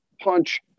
punch